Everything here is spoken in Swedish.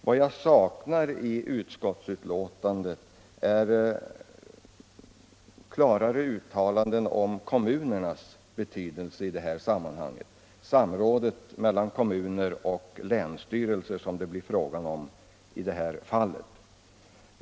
Vad jag saknar i utskottsbetänkandet är klarare uttalanden om kommunernas betydelse i det här sammanhanget. Det måste bli ett nära samråd mellan kommuner och länsstyrelser.